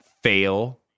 fail